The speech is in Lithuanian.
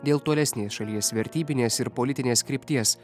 dėl tolesnės šalies vertybinės ir politinės krypties